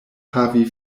havi